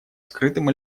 скрытым